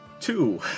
Two